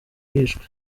yishwe